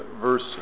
verse